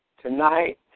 tonight